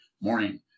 morning